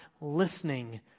listening